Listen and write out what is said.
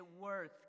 worth